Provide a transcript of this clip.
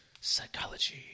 psychology